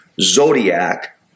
zodiac